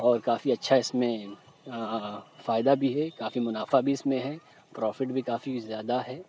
اور کافی اچھا اِس میں فائدہ بھی ہے کافی مُنافع بھی اِس میں ہے پروفٹ بھی کافی زیادہ ہے